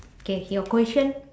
K your question